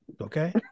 okay